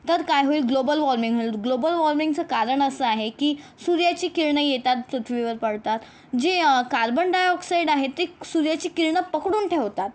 तर काय होईल ग्लोबल वाॅर्मिंग होईल ग्लोबल वाॅर्मिंगचं कारण असं आहे की सूर्याची किरणे येतात पृथ्वीवर पडतात जे कार्बन डायऑक्साईड आहे ते सूर्याची किरणं पकडून ठेवतात